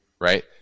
right